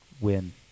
Win